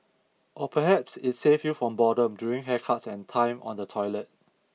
or perhaps it saved you from boredom during haircuts and time on the toilet